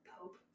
Pope